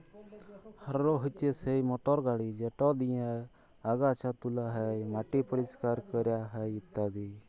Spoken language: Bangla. হাররো হছে সেই মটর গাড়ি যেট দিঁয়ে আগাছা তুলা হ্যয়, মাটি পরিষ্কার ক্যরা হ্যয় ইত্যাদি